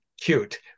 cute